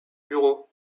bureau